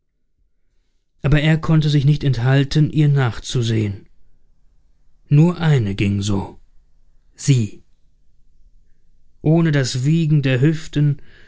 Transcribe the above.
aber er konnte sich nicht enthalten ihr nachzusehen nur eine ging so sie ohne das wiegen der hüften